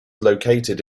located